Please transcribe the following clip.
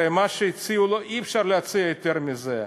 הרי מה שהציעו לו, אי-אפשר להציע יותר מזה.